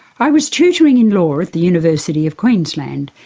i was tutoring in law at the university of queensland,